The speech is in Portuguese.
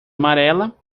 amarela